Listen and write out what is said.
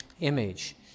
image